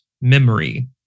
memory